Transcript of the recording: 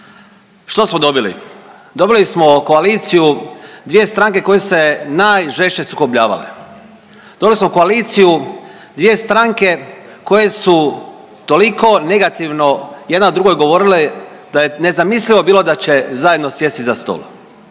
Što smo dobili? Dobili smo koaliciju, dvije stranke koje su se najžešće sukobljavale, doveli smo u koaliciju dvije stranke koje su toliko negativno jedna drugoj govorile da je nezamislivo bilo da će zajedno sjesti za stol,